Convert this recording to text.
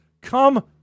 come